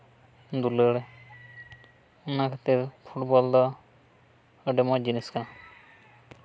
ᱫᱩᱞᱟᱹᱲ ᱚᱱᱟ ᱠᱷᱟᱛᱤᱨ ᱯᱷᱩᱴᱵᱚᱞ ᱫᱚ ᱟᱹᱰᱤ ᱢᱚᱡᱽ ᱡᱤᱱᱤᱥ ᱠᱟᱱᱟ